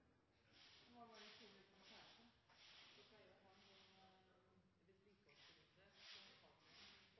no er